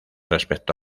respecto